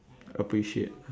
appreciate